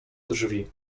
drzwi